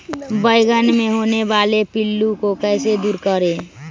बैंगन मे होने वाले पिल्लू को कैसे दूर करें?